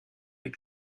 les